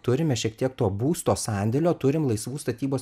turime šiek tiek to būsto sandėlio turim laisvų statybos